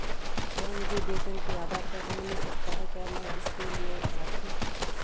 क्या मुझे वेतन के आधार पर ऋण मिल सकता है क्या मैं इसके लिए पात्र हूँ?